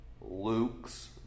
Luke's